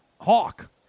Hawk